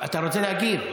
אני רוצה להגיב קודם כול.